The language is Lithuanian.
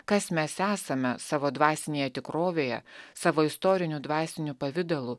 kas mes esame savo dvasinėje tikrovėje savo istoriniu dvasiniu pavidalu